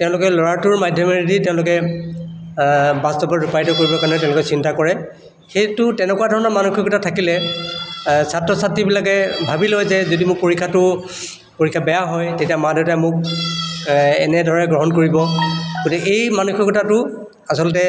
তেওঁলোকে ল'ৰাটোৰ মাধ্যমেদি তেওঁলোকে বাস্তৱত ৰূপায়িত কৰিবৰ কাৰণে তেওঁলোকে চিন্তা কৰে সেইটো তেনেকুৱা ধৰণৰ মানসিকতা থাকিলে ছাত্ৰ ছাত্ৰীবিলাকে ভাবি লয় যে যদি মোৰ পৰীক্ষাটো পৰীক্ষা বেয়া হয় তেতিয়া মা দেউতাই মোক এনেদৰে গ্ৰহণ কৰিব গতিকে এই মানসিকতাটো আচলতে